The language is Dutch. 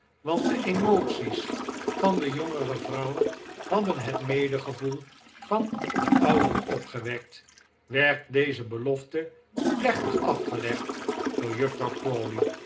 want de emoties van de jongere vrouw hadden het medegevoel van de oudere opgewekt werd deze belofte plechtig afgelegd door juffrouw